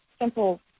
simple